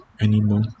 anymore